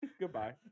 Goodbye